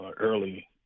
early